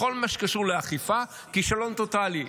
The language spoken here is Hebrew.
בכל מה שקשור לאכיפה, כישלון טוטלי.